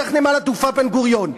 דרך נמל התעופה בן-גוריון,